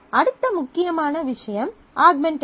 அடுத்த முக்கியமான விஷயம் ஆகுமெண்டஷன்